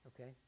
Okay